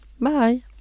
Bye